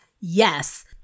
yes